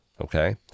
Okay